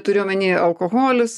turiu omeny alkoholis